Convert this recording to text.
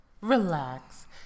relax